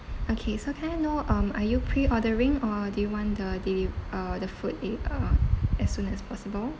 okay so can I know um are you pre-ordering or do you want the deli~ uh the food it uh as soon as possible